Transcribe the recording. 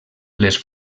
les